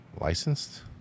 Licensed